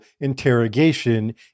interrogation